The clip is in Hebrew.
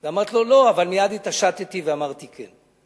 אמרתי לו "לא", אבל מייד התעשתי ואמרתי "כן".